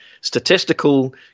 statistical